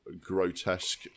grotesque